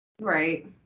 Right